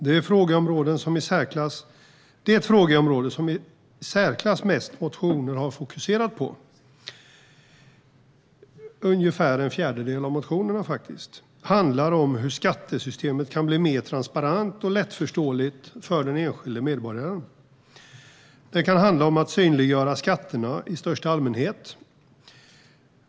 Det frågeområde som i särklass flest motioner - ungefär en fjärdedel - har fokuserat på handlar om hur skattesystemet kan bli mer transparent och lättförståeligt för den enskilde medborgaren. Det kan handla om att synliggöra skatterna i största allmänhet.